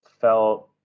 felt